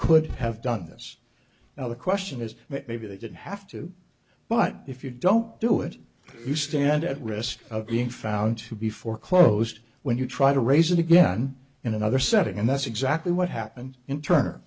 could have done this now the question is that maybe they didn't have to but if you don't do it you stand at risk of being found to be foreclosed when you try to raise it again in another setting and that's exactly what happened in t